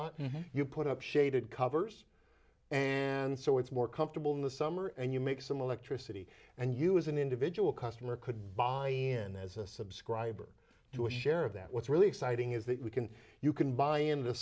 lot you put up shaded covers and so it's more comfortable in the summer and you make some electricity and you as an individual customer could buy in as a subscriber to a share of that what's really exciting is that we can you can buy into